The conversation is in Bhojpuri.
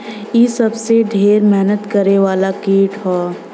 इ सबसे ढेर मेहनत करे वाला कीट हौ